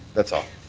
that's all.